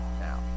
now